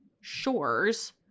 shores